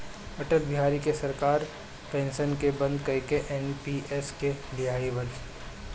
अटल बिहारी के सरकार पेंशन के बंद करके एन.पी.एस के लिअवलस